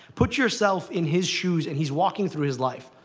put yourself in his shoes, and he's walking through his life.